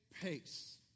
pace